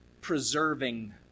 preserving